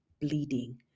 bleeding